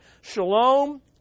Shalom